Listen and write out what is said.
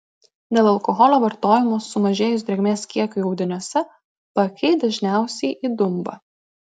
dėl alkoholio vartojimo sumažėjus drėgmės kiekiui audiniuose paakiai dažniausiai įdumba